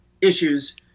issues